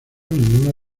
ninguna